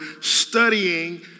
studying